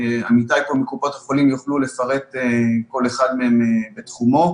עמיתיי פה מקופות החולים יוכלו לפרט כל אחד מהם בתחומו.